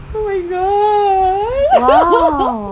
oh my god